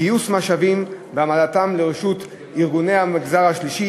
גיוס משאבים והעמדתם לרשות ארגוני המגזר השלישי.